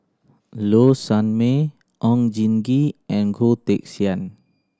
Low Sanmay Oon Jin Gee and Goh Teck Sian